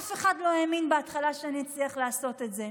ואף אחד לא האמין בהתחלה שאני אצליח לעשות את זה,